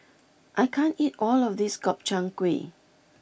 I can't eat all of this Gobchang Gui